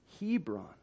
Hebron